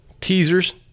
teasers